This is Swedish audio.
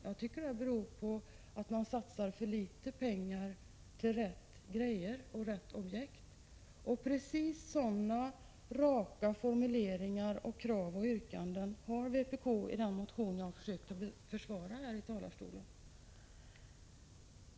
Jag anser att det beror på att man satsar för litet pengar på de rätta åtgärderna och rätta objekten — precis sådana raka formuleringar, krav och yrkanden har vpk i den motion som jag här från talarstolen försökte försvara.